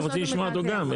אני רוצה לשמוע אותו גם.